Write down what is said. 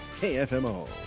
KFMO